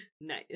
Nice